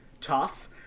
tough